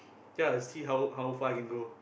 then I'll see how how far I can go